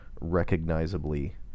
recognizably